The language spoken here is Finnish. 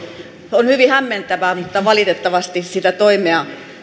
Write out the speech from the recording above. on hyvin hämmentävää mutta valitettavasti sitä toimea